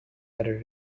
editor